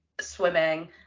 swimming